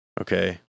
okay